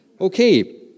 Okay